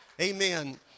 Amen